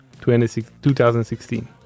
2016